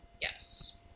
Yes